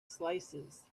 slices